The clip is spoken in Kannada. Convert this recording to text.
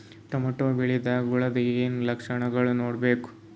ಟೊಮೇಟೊ ಬೆಳಿದಾಗ್ ಹುಳದ ಏನ್ ಲಕ್ಷಣಗಳು ನೋಡ್ಬೇಕು?